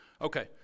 Okay